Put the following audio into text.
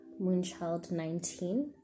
Moonchild19